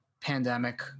pandemic